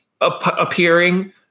appearing